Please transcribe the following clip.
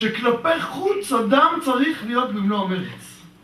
שכלפי חוץ אדם צריך להיות במלוא המרץ